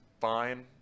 fine